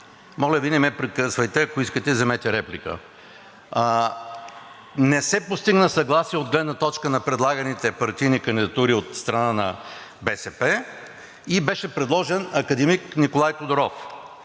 Моля Ви, не ме прекъсвайте. Ако искате, вземете реплика. Не се постигна съгласие от гледна точка на предлаганите партийни кандидатури от страна на БСП и беше предложен академик Николай Тодоров.